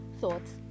thoughts